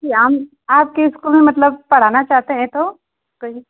कि हम आपके इस्कूल में मतलब पढ़ाना चाहते हैं तो कोई